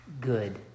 Good